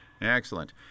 Excellent